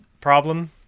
problem